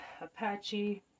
Apache